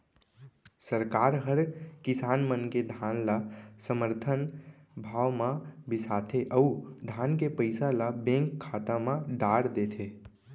सरकार हर किसान मन के धान ल समरथन भाव म बिसाथे अउ धान के पइसा ल बेंक खाता म डार देथे